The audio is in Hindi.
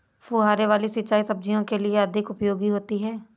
फुहारे वाली सिंचाई सब्जियों के लिए अधिक उपयोगी होती है?